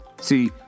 See